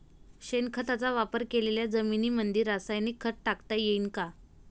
शेणखताचा वापर केलेल्या जमीनीमंदी रासायनिक खत टाकता येईन का?